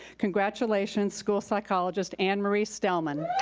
congratulations, school psychologist annemarie stellman.